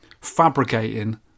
fabricating